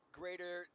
greater